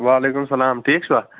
وَعلیکُم سَلام ٹھیٖک چھُوا